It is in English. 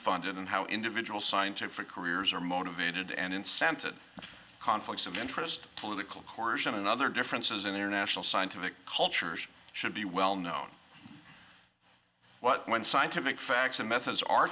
funded and how individual scientific careers are motivated and incented conflicts of interest political cores and other differences in international scientific cultures should be well known what when scientific facts and methods are